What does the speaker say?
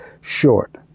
short